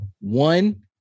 One